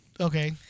Okay